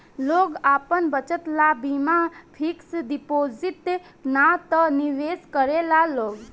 लोग आपन बचत ला बीमा फिक्स डिपाजिट ना त निवेश करेला लोग